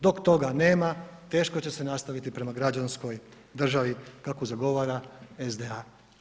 Dok toga nema teško će se nastaviti prema građanskoj državi kakvu zagovara SDA.